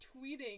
tweeting